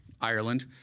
Ireland